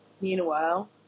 Meanwhile